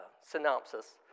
synopsis